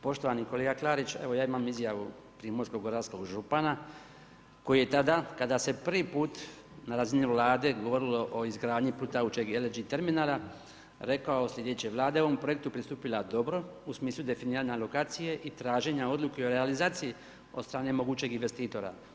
Poštovani kolega Klarić, evo ja imam izjavu Primorsko goranskog župana, koji je tada, kada se prvi put, na razini vlade, govorilo o izgradnji plutajućeg LNG terminala, rekao sljedeće, vlada je u ovom projektu postupila dobro, u smislu definiranja lokacije i traženje odluke o realizaciji od strane mogućeg investitora.